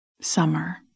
Summer